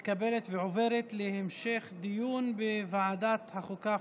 החוק מתקבלת ועוברת להמשך דיון בוועדת החוקה,